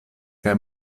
kaj